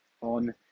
on